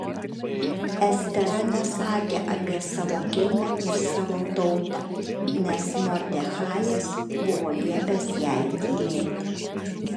estera nesakė apie savo kilmę ir savo tautą nes mordechajas buvo liepęs jai tylėti